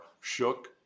shook